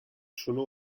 sono